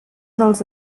dels